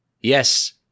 Yes